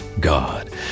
God